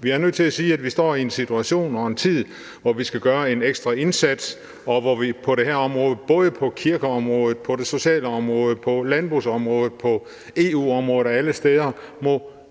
Vi er nødt til at sige, at vi står i en situation og i en tid, hvor vi skal gøre en ekstra indsats, og hvor vi på det her område, både på kirkeområdet, på det sociale område, på landbrugsområdet, på EU-området og alle steder, må